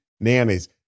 nannies